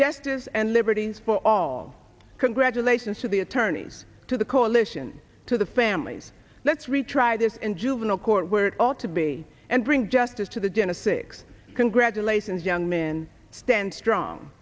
justice and liberties for all congratulations to the attorneys to the coalition to the families let's retry this in juvenile court where it ought to be and bring justice to the jenna six congratulations young men stand strong